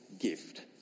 gift